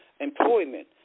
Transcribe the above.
employment